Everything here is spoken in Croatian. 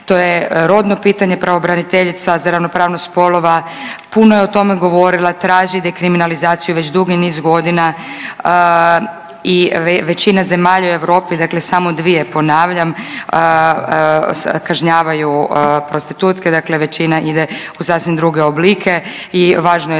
to je rodno pitanje pravobraniteljica za ravnopravnost spolova, puno je o tome govorila, traži dekriminalizaciju već dugi niz godina i većina zemalja u Europi, dakle samo 2, ponavljam, kažnjavaju prostitutke, dakle većina ide u sasvim druge oblike i važno je